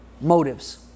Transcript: Motives